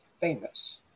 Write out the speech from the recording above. famous